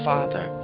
Father